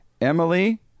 Emily